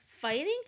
fighting